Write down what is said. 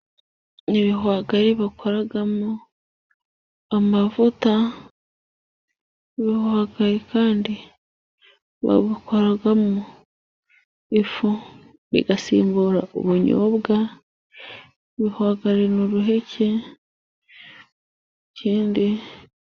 Ibihwagari bakoramo amavuta, Ibihwagari bakoramo ifu, igasimbura ubunyobwa. Ibihwagari ni impeke.